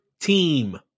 team